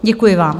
Děkuji vám.